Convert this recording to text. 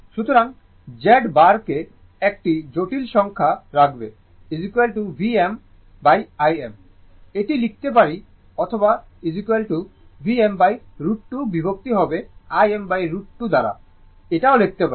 সুতরাং Z বারকে একটি জটিল সংখ্যা রাখবে VmIm এটি লিখতে পারি অথবা Vm√ 2 বিভক্ত হবে Im√ 2 দ্বারা লিখতে পারি